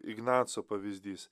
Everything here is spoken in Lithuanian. ignaco pavyzdys